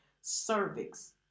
cervix